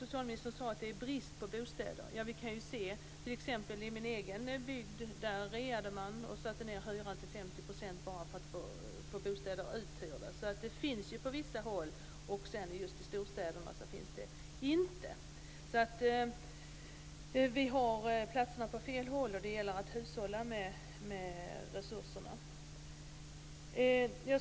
Socialministern sade att det är brist på bostäder. I t.ex. min egen byggd reade man och satte ned hyran med 50 % bara för att få bostäder uthyrda. På vissa håll finns det alltså bostäder, men i storstäderna finns det inte. Vi har bostäder på fel håll, och det gäller att hushålla med resurserna.